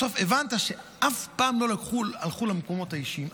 בסוף הבנת שאף פעם לא הלכו למקומות האישיים.